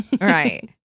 right